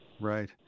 Right